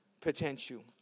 potential